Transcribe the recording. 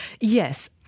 Yes